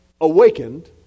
awakened